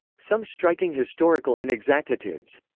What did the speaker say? some striking historical inexactitudes.